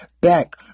back